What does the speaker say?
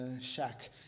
shack